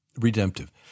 redemptive